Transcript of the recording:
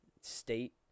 state